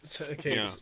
Okay